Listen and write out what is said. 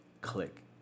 click